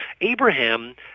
Abraham